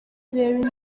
reba